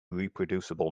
reproducible